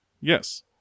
Yes